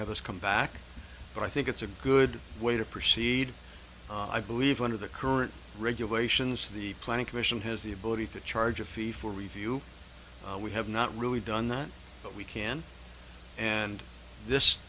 have us come back but i think it's a good way to proceed i believe under the current regulations the planning commission has the ability to charge a fee for review we have not really done that but we can and this